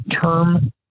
term